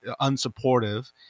unsupportive